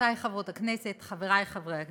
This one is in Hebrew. חברותי חברות הכנסת, חברי חברי הכנסת,